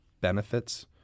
benefits